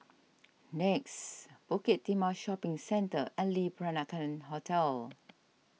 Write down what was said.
Nex Bukit Timah Shopping Centre and Le Peranakan Hotel